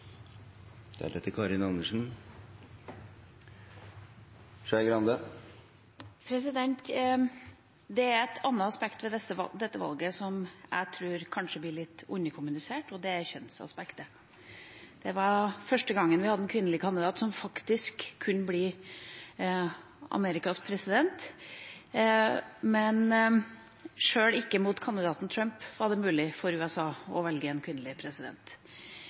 Det er et annet aspekt ved dette valget som jeg tror kanskje blir litt underkommunisert, og det er kjønnsaspektet. Det var første gangen man hadde en kvinnelig kandidat som faktisk kunne bli Amerikas president. Men sjøl ikke mot kandidaten Trump var det mulig for USA å velge en kvinnelig president.